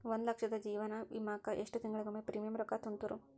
ಒಂದ್ ಲಕ್ಷದ ಜೇವನ ವಿಮಾಕ್ಕ ಎಷ್ಟ ತಿಂಗಳಿಗೊಮ್ಮೆ ಪ್ರೇಮಿಯಂ ರೊಕ್ಕಾ ತುಂತುರು?